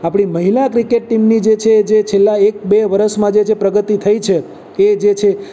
આપણી મહિલા ક્રિકેટ ટીમની જે છે જે છેલ્લા એક બે વર્ષમાં જે પ્રગતિ થઈ છે કે જે છે એ